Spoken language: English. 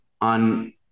on